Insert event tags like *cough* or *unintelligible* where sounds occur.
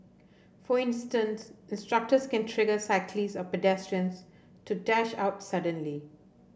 for instance instructors can *unintelligible* cyclists or pedestrians to dash out suddenly